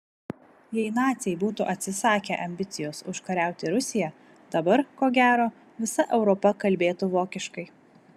jei naciai būtų atsisakę ambicijos užkariauti rusiją dabar ko gero visa europa kalbėtų vokiškai